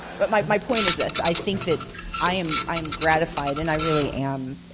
but my my point is this. i think that i am i am gratified, and i really am